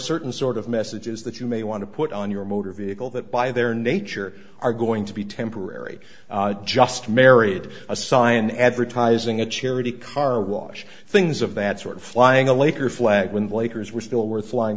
certain sort of messages that you may want to put on your motor vehicle that by their nature are going to be temporary just married a scion advertising a charity car wash things of that sort flying a laker flag with the lakers were still worth flying